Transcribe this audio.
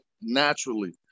naturally